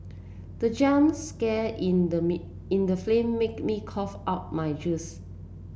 the jump scare in the in the film made me cough out my juice